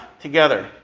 together